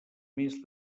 més